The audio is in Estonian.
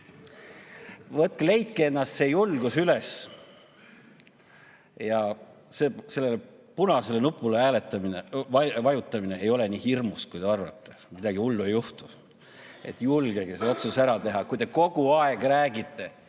kokku! Leidke endas see julgus üles! Sellele punasele nupule vajutamine ei ole nii hirmus, kui te arvate. Midagi hullu ei juhtu. Julgege see otsus ära teha! Kui te kogu aeg räägite,